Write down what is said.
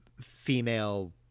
female